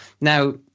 Now